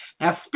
Now